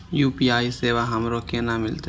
UPI सेवा हमरो केना मिलते?